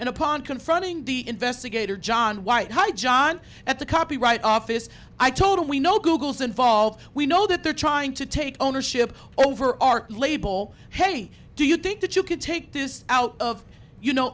and upon confronting the investigator john white hi john at the copyright office i told him we know google's involved we know that they're trying to take ownership over our label hey do you think that you could take this out of you know